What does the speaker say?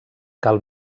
cal